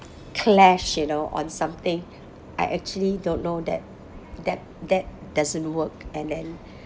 clash you know on something I actually don't know that that that doesn't work and then